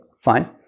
fine